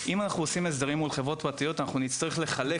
אם אנחנו עושים הסדרים עם חברות פרטיות אנחנו נצטרך לחלק,